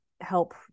help